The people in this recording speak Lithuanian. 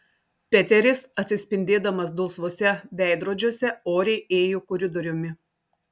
peteris atsispindėdamas dulsvuose veidrodžiuose oriai ėjo koridoriumi